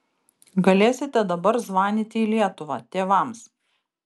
galėsite dabar zvanyti į lietuvą tėvams